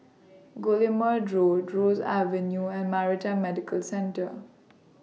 Guillemard Road Ross Avenue and Maritime Medical Centre